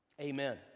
Amen